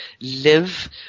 live